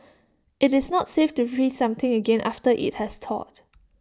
IT is not safe to freeze something again after IT has thawed